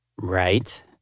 right